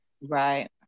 Right